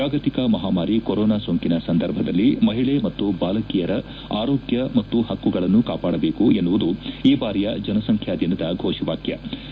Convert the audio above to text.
ಜಾಗತಿಕ ಮಹಾಮಾರಿ ಕೊರೊನಾ ಸೋಂಕಿನ ಸಂದರ್ಭದಲ್ಲಿ ಮಹಿಳೆ ಮತ್ತು ಬಾಲಕಿಯರ ಆರೋಗ್ಯ ಮತ್ತು ಹಕ್ಕುಗಳನ್ನು ಕಾಪಾಡಬೇಕು ಎನ್ನುವುದು ಈ ಬಾರಿಯ ಜನಸಂಖ್ಯಾ ದಿನದ ಘೋಷ ವಾಕ್ಟವಾಗಿದೆ